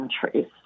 countries